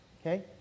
Okay